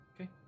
Okay